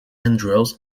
andrews